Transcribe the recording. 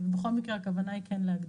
בכל מקרה הכוונה היא להגדיל.